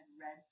red